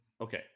okay